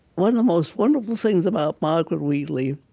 one of the most wonderful things about margaret wheatley